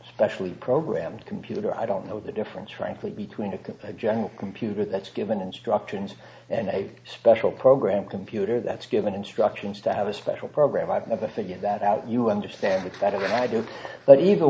a specially programmed computer i don't know the difference frankly between a general computer that's given instructions and a special program computer that's given instructions to have a special program i've never figured that out you understand it better than i do but either